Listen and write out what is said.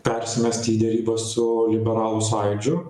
persimesti į derybas su liberalų sąjūdžiu